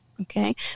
Okay